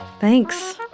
Thanks